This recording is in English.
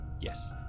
Yes